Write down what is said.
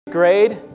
grade